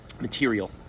material